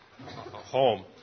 home